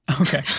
Okay